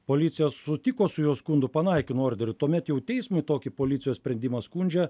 policija sutiko su jo skundu panaikino orderį ir tuomet jau teismui tokį policijos sprendimą skundžia